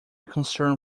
concern